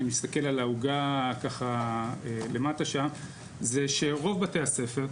אם נסתכל על העוגה ככה למטה שם זה שרוב בתי הספר,